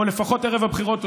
או לפחות ערב הבחירות,